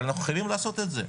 אבל אנחנו חייבים לעשות את זה,